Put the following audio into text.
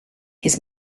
his